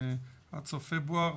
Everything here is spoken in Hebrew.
עד סוף פברואר,